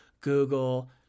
Google